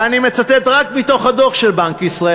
ואני מצטט רק מתוך הדוח של בנק ישראל,